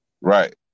Right